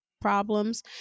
problems